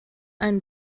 ein